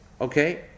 Okay